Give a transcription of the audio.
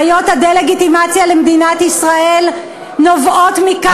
בעיות הדה-לגיטימציה של מדינת ישראל נובעות מכך,